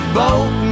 boat